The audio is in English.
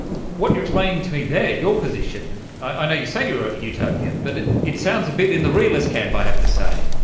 what you're explaining to me there, your position, i know you say you're a utopian, but it it sounds a bit in the realist camp, i have to say.